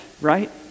right